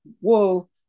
wool